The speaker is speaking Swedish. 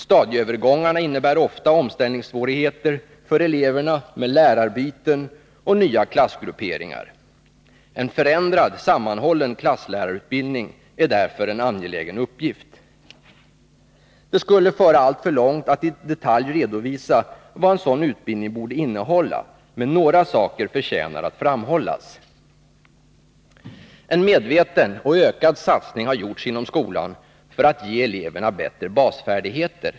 Stadieövergångarna innebär ofta omställningssvårigheter för eleverna med lärarbyten och nya klassgrupperingar. En förändrad, sammanhållen klasslärarutbildning är därför en angelägen uppgift. Det skulle föra alltför långt att i detalj redovisa vad en sådan utbildning borde innehålla, men några saker förtjänar att framhållas. En medveten och ökad satsning har gjorts inom skolan för att ge eleverna bättre basfärdigheter.